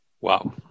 Wow